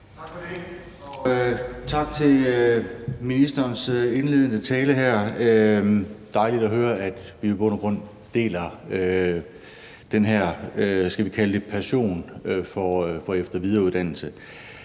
Tak for det. Tak for ministerens indledende tale her. Det er dejligt at høre, at vi i bund og grund deler den her, skal vi kalde det passion for efter- og videreuddannelse.